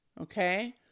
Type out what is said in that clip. okay